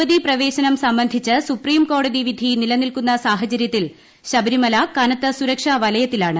യുവതീപ്രവേശനം സംബന്ധിച്ച് സുപ്രീംകോടതി വിധി നിലനിൽക്കുന്ന സാഹചരൃത്തിൽ ശബരിമല കനത്ത സുരക്ഷാവലയത്തിലാണ്